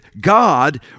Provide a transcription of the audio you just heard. God